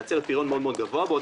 מייצר פריון מאוד גבוה.